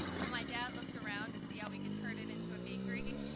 well my dad looked around to see how we could turn it into a bakery.